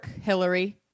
hillary